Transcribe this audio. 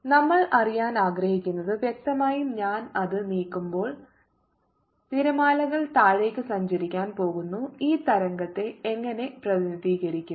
01 sin50t നമ്മൾ അറിയാൻ ആഗ്രഹിക്കുന്നത് വ്യക്തമായും ഞാൻ അത് നീക്കുമ്പോൾ തിരമാലകൾ താഴേക്ക് സഞ്ചരിക്കാൻ പോകുന്നു ഈ തരംഗത്തെ എങ്ങനെ പ്രതിനിധീകരിക്കും